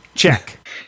Check